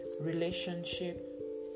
relationship